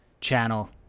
channel